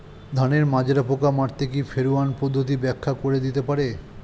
ধানের মাজরা পোকা মারতে কি ফেরোয়ান পদ্ধতি ব্যাখ্যা করে দিতে পারে?